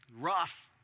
Rough